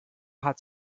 hat